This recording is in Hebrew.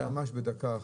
ממש בדקה.